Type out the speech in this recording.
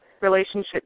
relationship